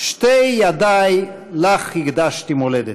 "שתי ידי לך הקדשתי, מולדת".